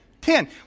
Ten